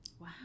Wow